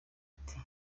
ati